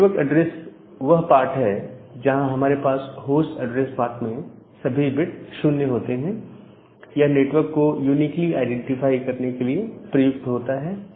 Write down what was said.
network address वह part है जहां हमारे पास होस्ट एड्रेस पार्ट में सभी बिट 0 होते हैं यह नेटवर्क को यूनिटी आईडेंटिफाई करने के लिए प्रयुक्त होता है